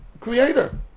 creator